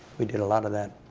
we did a lot of that.